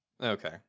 Okay